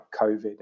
COVID